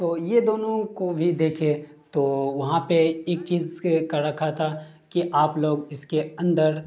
تو یہ دونوں کو بھی دیکھے تو وہاں پہ ایک چیز کے کر رکھا تھا کہ آپ لوگ اس کے اندر